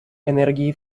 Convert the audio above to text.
энергии